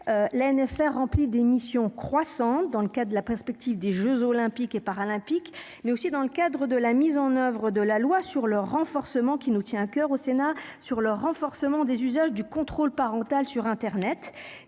l'ANFR remplit des missions croissantes dans le cas de la prospective des Jeux olympiques et paralympiques mais aussi dans le cadre de la mise en oeuvre de la loi sur le renforcement qui nous tient à coeur au Sénat sur le renforcement des usages du contrôle parental sur Internet,